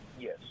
Yes